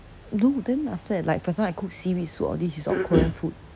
no then after that like for example I cook seaweed soup all this is all korean food